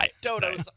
dodos